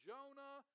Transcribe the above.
Jonah